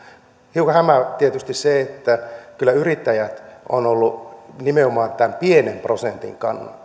hiukan hämää tietysti se että kyllä yrittäjät ovat olleet nimenomaan tämän pienen prosentin